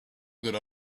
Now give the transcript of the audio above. good